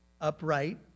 upright